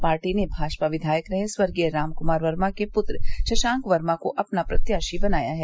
party ने भाजपा विधायक रहे स्वर्गीय राम कुमार वर्मा के पृत्र शशांक वर्मा को अपना प्रत्याशी बनाया है